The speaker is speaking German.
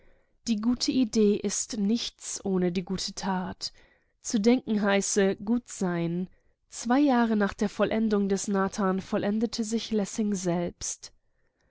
die gute idee ist nichts ohne die gute tat gut denken heiße gut sein zwei jahre nach der vollendung des nathan vollendete sich lessing selbst